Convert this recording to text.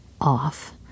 off